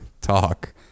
talk